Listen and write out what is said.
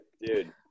Dude